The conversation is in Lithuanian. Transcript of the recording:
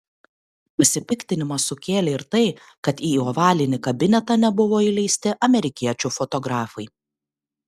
pasipiktinimą sukėlė ir tai kad į ovalinį kabinetą nebuvo įleisti amerikiečių fotografai